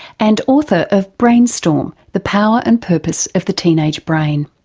and author of brainstorm the power and purpose of the teenage brain.